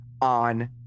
on